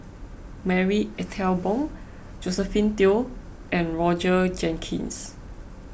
Marie Ethel Bong Josephine Teo and Roger Jenkins